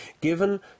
given